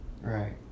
Right